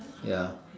ya